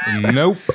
Nope